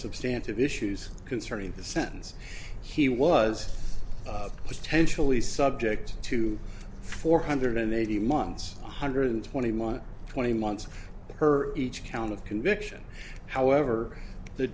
substantial issues concerning the sentence he was potentially subject to four hundred and eighty months one hundred twenty one twenty months per each count of conviction however the